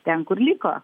ten kur liko